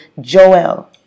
Joel